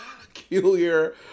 peculiar